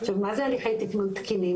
עכשיו מה זה הליכי תקנון תקינים?